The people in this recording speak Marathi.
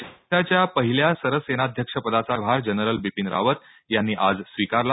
देशाच्या पहिल्या सरसेनाध्यक्ष पदाचा कार्यभार जनरल बिपीन रावत यांनी आज स्वीकारला